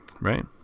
right